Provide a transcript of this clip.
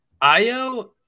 Io